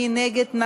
מי נגד?